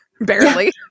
barely